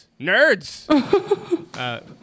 nerds